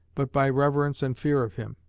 but by reverence and fear of him.